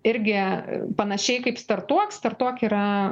irgi panašiai kaip startuok startuok yra